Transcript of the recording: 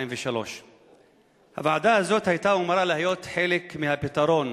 2003. הוועדה הזאת היתה אמורה להיות חלק מהפתרון